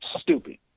stupid